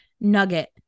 Nugget